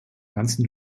ganzen